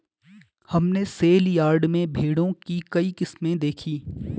हमने सेलयार्ड में भेड़ों की कई किस्में देखीं